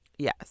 Yes